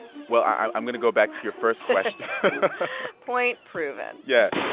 well, i'm i'm going to go back to your first question point proven yeah.